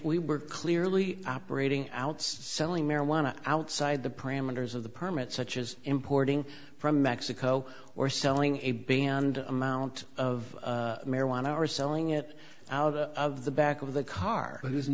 we were clearly operating out selling marijuana outside the parameters of the permit such as importing from mexico or selling a banned amount of marijuana or selling it out of the back of the car